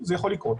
זה יכול לקרות.